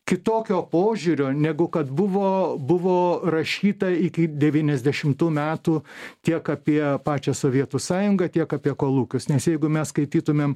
kitokio požiūrio negu kad buvo buvo rašyta iki devyniasdešimtų metų tiek apie pačią sovietų sąjungą tiek apie kolūkius nes jeigu mes skaitytumėm